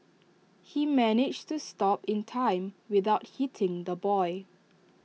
he managed to stop in time without hitting the boy